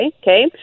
okay